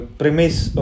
premise